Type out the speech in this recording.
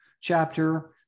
chapter